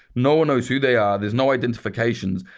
no one knows who they are, there's no identifications.